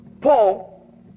Paul